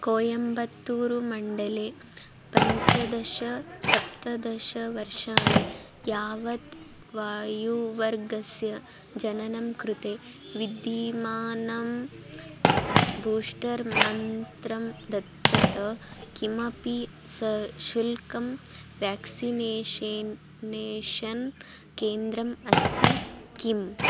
कोयम्बत्तूरुमण्डले पञ्चदशसप्तदशवर्षाणि यावत् वयोवर्गस्य जनानां कृते विद्यमानं बूस्टर् मात्रं दत्तमपि सशुल्कं व्याक्सिनेषेन् नेषन् केन्द्रम् अस्ति किम्